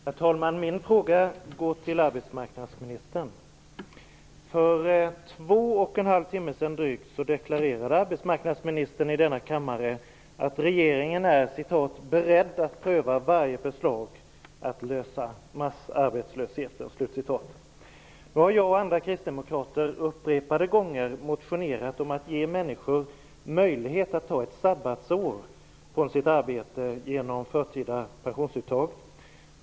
Herr talman! Min fråga går till arbetsmarknadsministern. För drygt två och en halv timme sedan deklarerade arbetsmarknadsministern här i kammaren att regeringen är "beredd att pröva varje förslag att lösa massarbetslösheten". Jag och andra kristdemokrater har upprepade gånger motionerat om att ge människor möjlighet att ta ett sabbatsår från sitt arbete genom förtida pensionsuttag.